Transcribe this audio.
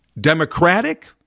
democratic